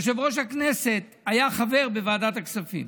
יושב-ראש הכנסת היה חבר בוועדת הכספים.